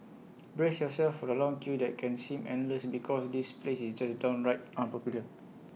brace yourself for the long queue that can seem endless because this place is just downright unpopular